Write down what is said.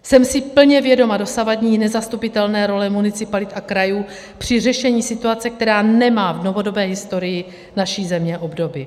Jsem si plně vědoma dosavadní nezastupitelné role municipalit a krajů při řešení situace, která nemá v novodobé historii naší země obdoby.